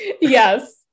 Yes